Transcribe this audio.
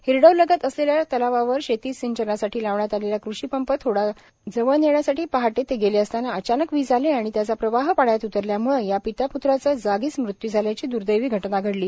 हिरडव लगत असलेल्या तलावावर शेती सिंचनासाठी लावण्यात आलेला कृषीपंप थोडा पपण्याजवळ नेण्यासाठी पहाटे ते गेले असता अचानक वीज आली व त्याचा प्रवाह पाण्यात उतरल्याने या पिता आणी पुत्राचा जागीच मृत्यू झाल्याची ही दुर्देवी घटना घडली